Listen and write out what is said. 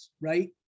right